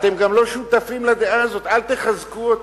אל תחזקו אותם.